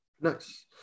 Nice